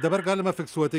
dabar galime fiksuoti